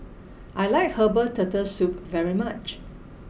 I like Herbal Turtle Soup very much